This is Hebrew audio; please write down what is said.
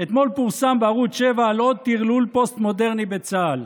אתמול פורסם בערוץ 7 על עוד טרלול פוסט-מודרני בצה"ל.